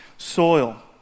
soil